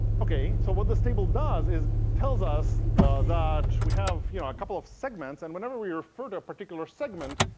ok. so what this table does is it tells us that we have you know a couple of segments. and whenever we refer to a particular segment,